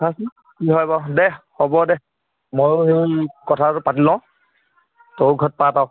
চাচোন কি হয় বাৰু দে হ'ব দে ময়ো সেই কথাটো পাতি লওঁ তয়ো ঘৰত পাত আৰু